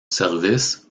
service